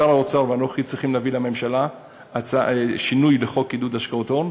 שר האוצר ואנוכי צריכים להביא לממשלה שינוי לחוק לעידוד השקעות הון,